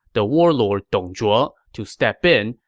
the warlod dong zhuo, to step in,